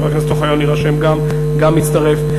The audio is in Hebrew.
חבר הכנסת אוחיון יירשם גם, גם מצטרף.